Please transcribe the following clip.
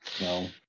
No